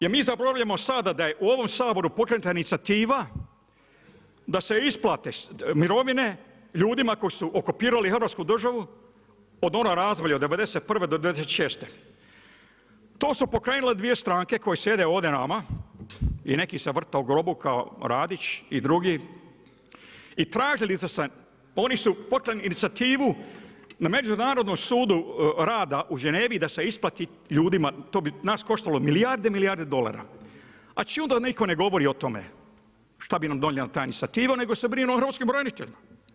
Jer mi zaboravljamo sada da je u ovom Saboru pokrenuta inicijativa da se isplate mirovine ljudima koji su okupirali Hrvatsku državu od … razdoblja od '91. do '96. to su pokrenule dvije stranke koje sjede ovdje s nama i neki se vrte u grobu kao Radić i drugi i tražili … oni su pokrenuli inicijativu na Međunarodnom sudu rada u Ženevi da se isplati ljudima. to bi nas koštalo milijarde i milijarde dolara, … da niko ne govori o tome šta bi nam donijela ta inicijativa nego se brinu o hrvatskim braniteljima.